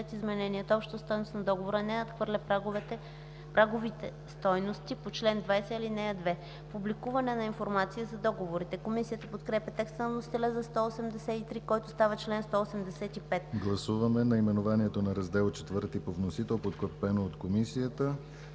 Гласуваме наименованието на Раздел ІV по вносител, подкрепено от Комисията,